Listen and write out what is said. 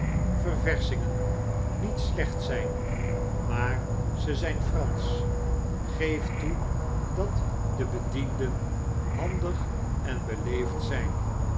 ververschingen niet slecht zfln maar ze zijn fransch geef toe dat de bedienden handig en beleefd zjn